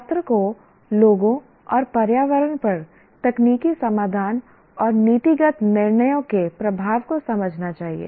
छात्र को लोगों और पर्यावरण पर तकनीकी समाधान और नीतिगत निर्णयों के प्रभाव को समझना चाहिए